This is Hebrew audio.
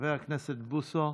חבר הכנסת בוסו,